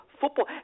football